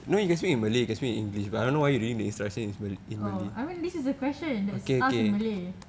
oh I mean this is the question asked in malay